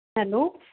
hello